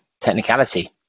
Technicality